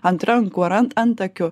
ant rankų ar ant antakių